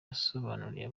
gusobanurira